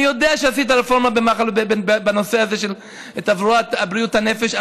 אני יודע שעשית רפורמה בנושא הזה של בריאות הנפש,